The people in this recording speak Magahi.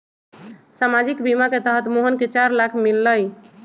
सामाजिक बीमा के तहत मोहन के चार लाख मिललई